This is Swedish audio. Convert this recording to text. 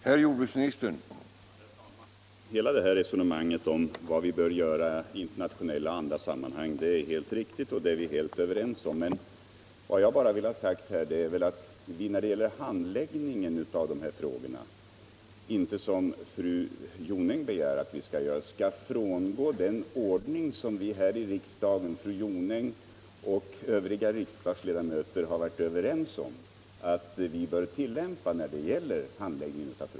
Herr talman! Resonemanget om vad vi bör göra i internationella och andra sammanhang är alldeles riktigt, och där är vi fullt överens. Vad jag här har velat säga är, att när det gäller handläggningen av dessa frågor kan vi inte, som fru Jonäng begär, frångå den ordning som fru Jonäng och övriga riksdagsledamöter har varit överens om att tillämpa.